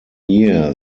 year